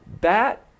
bat